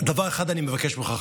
דבר אחד אני מבקש ממך,